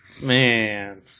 man